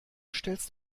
stellst